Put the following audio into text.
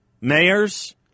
mayors